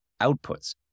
outputs